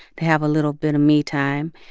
to have a little bit of me time.